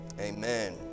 Amen